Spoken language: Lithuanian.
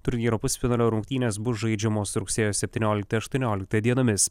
turnyro pusfinalio rungtynės bus žaidžiamos rugsėjo septynioliktą aštuonioliktą dienomis